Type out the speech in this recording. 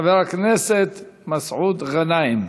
חבר הכנסת מסעוד גנאים.